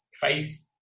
faith